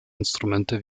instrumente